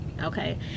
okay